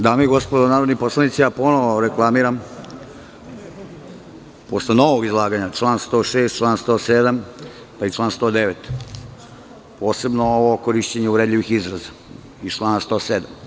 Dame i gospodo narodni poslanici, ponovo reklamiram posle novog izlaganja član 106, 107, pa i 109, posebno ovo o korišćenju uvredljivih izraza iz člana 107.